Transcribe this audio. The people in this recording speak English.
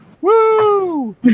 Woo